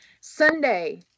Sunday